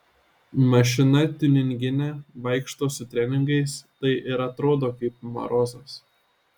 mašina tiuninginė vaikšto su treningais tai ir atrodo kaip marozas